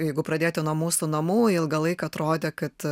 jeigu pradėti nuo mūsų namų ilgą laiką atrodė kad